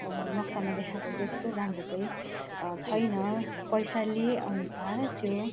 नक्सामा देखाएको जस्तो राम्रो चाहिँ छैन पैसा लिए अनुसार त्यो